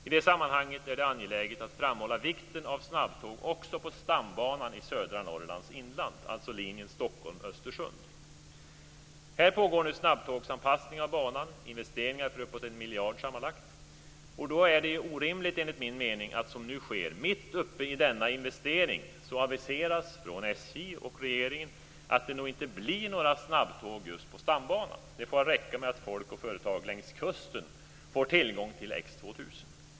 I det sammanhanget är det angeläget att framhålla vikten av snabbtåg också på stambanan i södra Norrlands inland, dvs. linjen Stockholm-Östersund. Här pågår en snabbtågsanpassning av banan - investeringar på sammanlagt 1 miljard kronor. Då är det, enligt min mening, orimligt att som nu sker, mitt uppe i denna investering, aviseras från SJ och regeringen att det inte blir några snabbtåg på stambanan. Det får räcka att folk och företag längs kusten får tillgång till X 2000.